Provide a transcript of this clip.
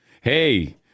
Hey